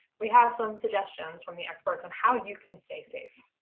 we have some suggestions from the experts and how you can stay safe.